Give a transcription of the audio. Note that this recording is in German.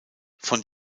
von